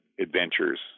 Adventures